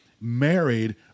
married